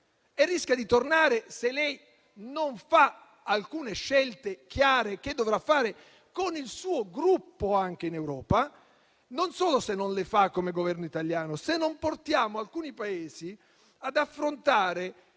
rischia di tornare, se lei non fa alcune scelte chiare, che dovrà fare con il suo Gruppo anche in Europa. Non solo se non le fa come Governo italiano, ma se non portiamo alcuni Paesi ad affrontare